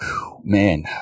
Man